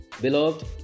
Beloved